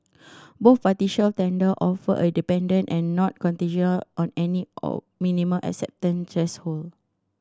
both partial tender offer are independent and not contingent on any or minimum acceptance threshold